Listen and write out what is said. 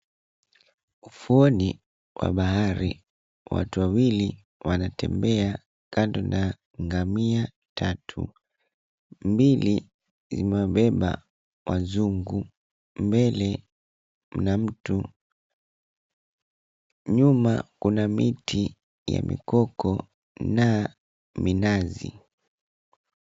Ufuoni wa bahari, watu wawili wanatembea kando na ngamia tatu. Mbili, zimebeba wazungu. Mbele mna mtu, nyuma kuna miti ya mikoko na minazi.